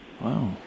wow